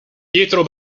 pietro